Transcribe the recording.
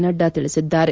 ನಡ್ಡಾ ತಿಳಿಸಿದ್ದಾರೆ